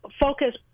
focus